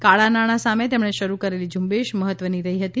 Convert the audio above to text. કાળા નાણાં સામે તેમણે શરૂ કરેલી ઝુંબેશ મહત્વની રહી હતી